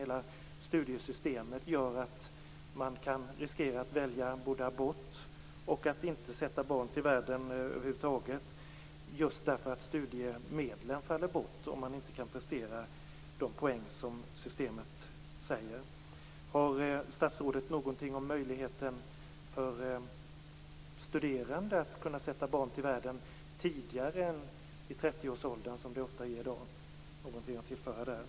Hela studiesystemet gör att man kan riskera att välja abort eller att inte sätta barn till världen över huvud taget just därför att studiemedlen faller bort om man inte kan prestera de poäng som systemet kräver. Har statsrådet någonting att tillföra om möjligheten för studerande att kunna sätta barn till världen tidigare än i trettioårsåldern, som det ofta är i dag?